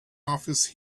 office